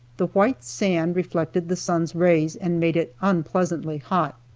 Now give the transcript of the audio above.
the white sand reflected the sun's rays and made it unpleasantly hot.